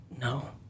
no